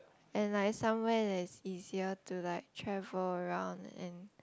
and like somewhere that is easier to like travel around and